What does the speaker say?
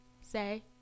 say